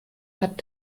hat